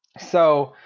so,